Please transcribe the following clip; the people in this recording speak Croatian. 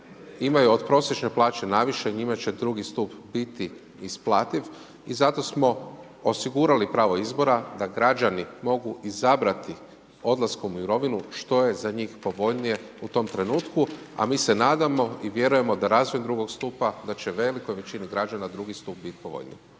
imaju od prosječne plaće naviše njima će drugi stup biti isplativ i zato smo osigurali pravo izbora da građani mogu izabrati odlaskom u mirovinu što je za njih povoljnije u tom trenutku, a mi se nadamo i vjerujemo da razvoj drugog stupa da će velikoj većini građana drugi stup bit povoljniji.